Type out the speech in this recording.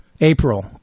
April